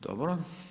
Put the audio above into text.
Dobro.